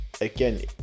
again